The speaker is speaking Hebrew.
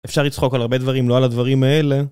אפשר לצחוק על הרבה דברים, לא על הדברים האלה.